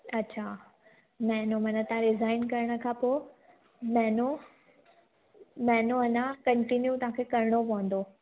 अच्छा महिनो मना तव्हां रिज़ाइन करण खां पोइ महिनो महिनो अञां कंटिन्यू तव्हां खे करिणो पवंदो